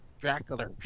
Dracula